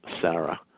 Sarah